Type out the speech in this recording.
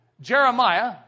Jeremiah